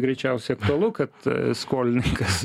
greičiausiai aktualu kad skolininkas